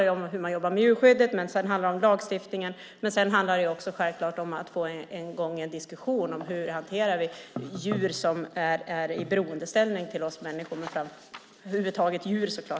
Det handlar dels om djurskyddet, dels om lagstiftningen och dels om att få i gång en diskussion om hur vi hanterar djur som är i beroendeställning till oss människor.